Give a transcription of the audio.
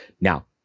Now